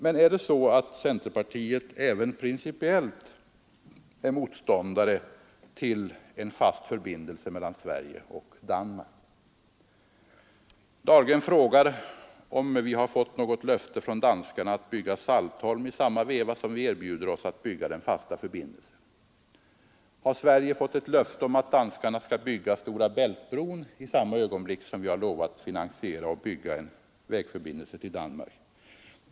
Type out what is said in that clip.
Men är centerpartiet även principiellt motståndare till en fast förbindelse mellan Sverige och Danmark? Herr Dahlgren undrar om vi har fått något löfte av danskarna att de skall bygga Saltholm i samma veva som vi bygger den fasta förbindelsen. Har Sverige fått ett löfte om att danskarna skall börja bygga Stora Bältbron i samma ögonblick som vi har lovat att finansiera och bygga en vägförbindelse till Danmark?